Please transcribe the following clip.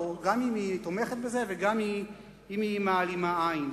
גם אם היא תומכת בזה וגם אם מעלימה עין.